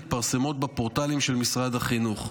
הן מתפרסמות בפורטלים של משרד החינוך.